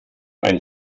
ein